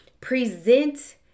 Present